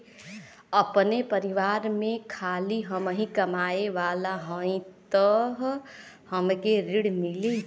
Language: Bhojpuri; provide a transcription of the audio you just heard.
आपन परिवार में खाली हमहीं कमाये वाला हई तह हमके ऋण मिली?